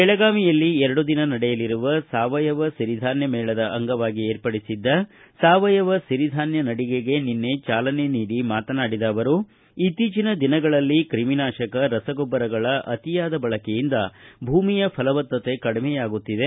ಬೆಳಗಾವಿಯಲ್ಲಿ ಎರಡು ದಿನ ನಡೆಯಲಿರುವ ಸಾವಯವ ಸಿರಿಧಾನ್ಯ ಮೇಳದ ಅಂಗವಾಗಿ ಏರ್ಪಡಿಸಿದ್ದ ಸಾವಯವ ಸಿರಿಧಾನ್ಯ ನಡಿಗೆಗೆ ನಿನ್ನೆ ಚಾಲನೆ ನೀಡಿ ಮಾತನಾಡಿದ ಅವರು ಇತ್ತೀಚಿನ ದಿನಗಳಲ್ಲಿ ತ್ರಿಮಿನಾಶಕ ರಸಗೊಬ್ಬರಗಳ ಅತಿಯಾದ ಬಳಕೆಯಿಂದ ಭೂಮಿಯ ಫಲವತ್ತತೆ ಕಡಿಮೆಯಾಗುತ್ತಿದೆ